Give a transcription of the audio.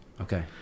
okay